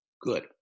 Good